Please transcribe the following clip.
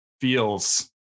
feels